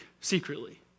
secretly